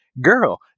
girl